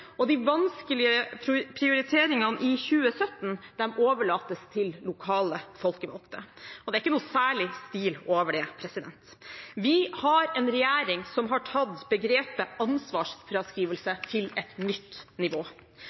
og de vanskelige prioriteringene i 2017 overlates til lokale folkevalgte. Det er ikke noe særlig stil over det. Vi har en regjering som har tatt begrepet «ansvarsfraskrivelse» til et nytt nivå.